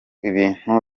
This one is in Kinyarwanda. ibintu